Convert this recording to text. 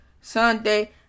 Sunday